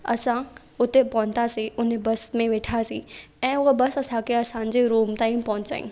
असां उते पहुतासीं उन बस में वेठासीं ऐं उहा बस असांखे असांजे रूम ताईं पहुचाई